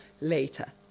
later